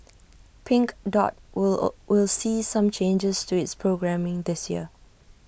pink dot will will see some changes to its programming this year